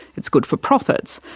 it's good for profits,